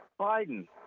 Biden